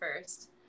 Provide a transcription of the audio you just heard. first